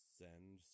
send